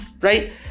Right